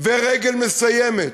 ורגל מסיימת.